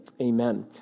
Amen